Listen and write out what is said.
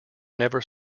never